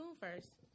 first